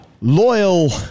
loyal